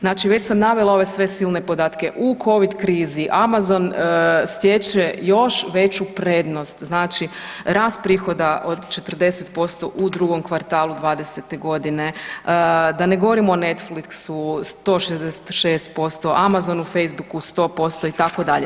Znači već sam navela ove sve silne podatke, u Covid krizi Amazon stječe još veću prednost, znači rast prihoda od 40% u drugom kvartalu '20.-te godine, da ne govorim o Netflixu 166%, Amazonu, Facebooku 100% itd.